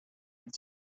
had